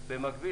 במקביל,